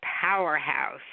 powerhouse